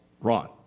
Ron